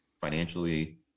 financially